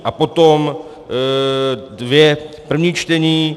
A potom dvě první čtení.